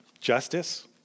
justice